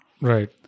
Right